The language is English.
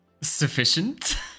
Sufficient